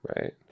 Right